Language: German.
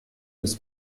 des